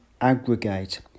aggregate